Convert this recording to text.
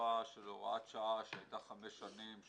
תוקפה של הוראת שעה שהייתה חמש שנים,